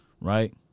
right